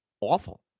awful